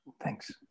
Thanks